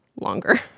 longer